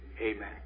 Amen